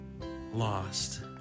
lost